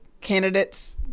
candidates